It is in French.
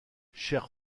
chair